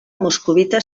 moscovita